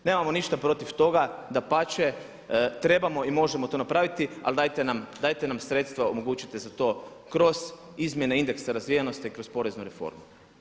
Nemamo ništa protiv toga, dapače, trebamo i možemo to napraviti, ali dajte nam sredstva omogućite za to kroz izmjene indeksa razvijenosti, kroz poreznu reformu.